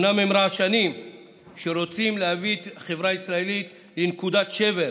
אומנם הם רעשנים שרוצים להביא את החברה הישראלית לנקודת שבר.